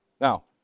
Now